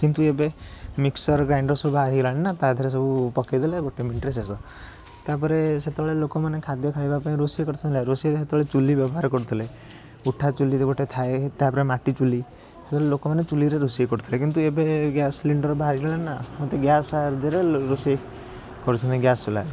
କିନ୍ତୁ ଏବେ mixture grinder ସବୁ ବାହାରି ଗଲାଣି ନା ତା' ଦେହରେ ସବୁ ପକେଇ ଦେଲେ ଗୋଟେ ମିନିଟ୍ରେ ଶେଷ ତା'ପରେ ସେତେବେଳେ ଲୋକମାନେ ଖାଦ୍ୟ ଖାଇବାପାଇଁ ରୋଷେଇ କରୁଥିଲେ ରୋଷେଇରେ ସେତେବେଳେ ଚୁଲି ବ୍ୟବହାର କରୁଥିଲେ ଉଠା ଚୁଲିରେ ଗୋଟେ ଥାଏ ତା'ପରେ ମାଟି ଚୁଲି ଲୋକମାନେ ଚୁଲିରେ ରୋଷେଇ କରୁଥିଲେ କିନ୍ତୁ ଏବେ ଗ୍ୟାସ୍ ସିଲିଣ୍ଡର୍ ବାହାରି ଗଲାଣିନା ତ ଗ୍ୟାସ୍ ସାହାଯ୍ୟରେ ରୋ ରୋଷେଇ କରୁଛନ୍ତି ଗ୍ୟାସ୍ ଚୁଲାରେ